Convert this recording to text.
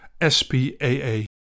SPAA